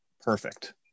perfect